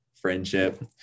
friendship